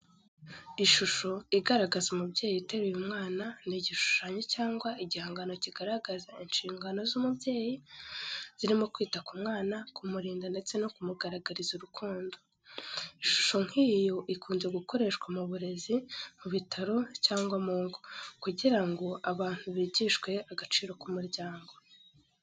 Ishusho igaragaza umubyeyi uteruye umwana ni igishushanyo cyangwa igihangano kigaragaza inshingano z'umubyeyi, zirimo kwita ku mwana, kumurinda ndetse no kumugaragariza urukundo. Ishusho nk'iyo ikunze gukoreshwa mu burezi, mu bitaro, cyangwa mu ngo, kugira ngo abantu bigishwe agaciro k'umuryango.